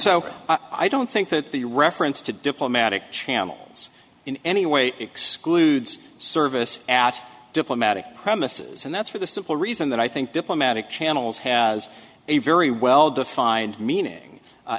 so i don't think that the reference to diplomatic channels in any way excludes service at diplomatic premises and that's for the simple reason that i think diplomatic channels has a very well defined meaning